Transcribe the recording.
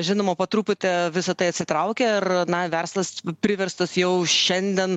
žinoma po truputį visa tai atsitraukia ir na verslas priverstas jau šiandien